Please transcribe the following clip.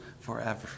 forever